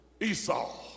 Esau